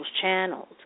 channels